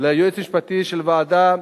ליועצת המשפטית של הוועדה,